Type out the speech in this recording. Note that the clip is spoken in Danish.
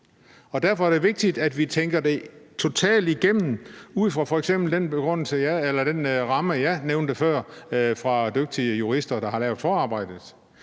og det er vigtigt, at vi tænker det totalt igennem ud fra f.eks. den ramme, jeg nævnte før, fra dygtige jurister, der har lavet forarbejdet.